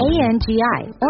A-N-G-I